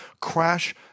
crash